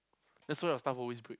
that's why your stuff always break